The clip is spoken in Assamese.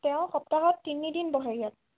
তেওঁ সপ্তাহত তিনি দিন বহে ইয়াত